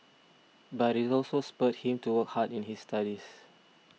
but it also spurred him to work hard in his studies